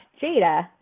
Jada